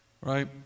right